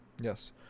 yes